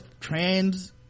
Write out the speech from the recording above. trans